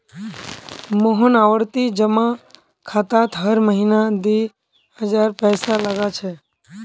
मोहन आवर्ती जमा खातात हर महीना दी हजार पैसा लगा छे